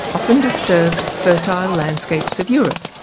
often disturbed fertile landscapes of europe',